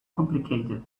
complicated